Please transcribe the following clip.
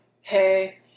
Hey